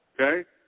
Okay